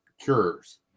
cures